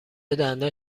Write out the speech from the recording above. دندان